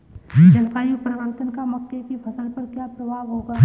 जलवायु परिवर्तन का मक्के की फसल पर क्या प्रभाव होगा?